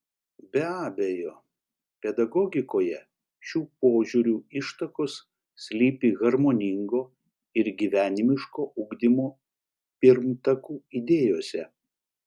be abejo pedagogikoje šių požiūrių ištakos slypi harmoningo ir gyvenimiško ugdymo pirmtakų idėjose